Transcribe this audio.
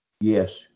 Yes